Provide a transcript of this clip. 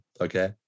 Okay